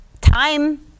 time